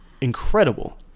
incredible